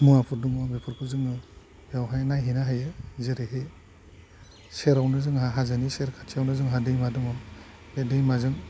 मुवाफोर दङ बेफोरखौ जोङो बेवहाय नायहैनो हायो जेरैहाय सेरावनो जोंहा हाजो सेर खाथियावो दैमा दङ बे दैमाजों